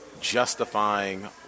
justifying